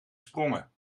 sprongen